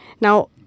Now